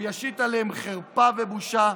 הוא ישית עליהם חרפה ובושה,